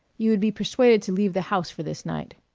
you would be persuaded to leave the house for this night.